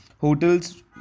Hotels